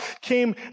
came